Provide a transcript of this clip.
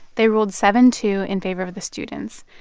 they ruled seven two in favor of the students.